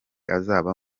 azaba